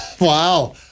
Wow